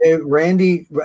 Randy